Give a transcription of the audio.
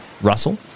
Russell